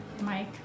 Mike